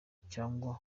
cyangwa